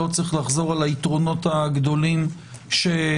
לא צריך לחזור על היתרונות הגדולים שגלומים.